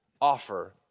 offer